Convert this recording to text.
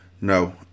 No